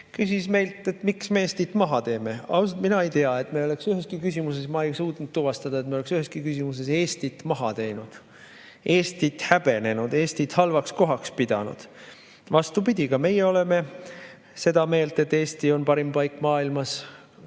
küsis meilt, miks me Eestit maha teeme. Ausalt, mina ei tea, ma ei suutnud tuvastada, et me oleks üheski küsimuses Eestit maha teinud, Eestit häbenenud või Eestit halvaks kohaks pidanud. Vastupidi, ka meie oleme seda meelt, et Eesti on parim paik maailmas.